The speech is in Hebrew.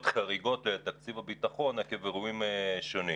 חריגות לתקציב הביטחון עקב אירועים שונים